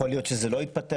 יכול להיות שזה לא יתפתח,